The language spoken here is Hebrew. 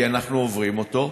כי אנחנו עוברים אותו.